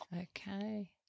Okay